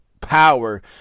power